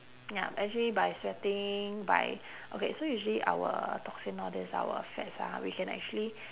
ya actually by sweating by okay so usually our toxin all this our fats ah we can actually